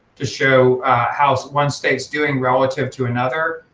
to show how one state's doing relative to another.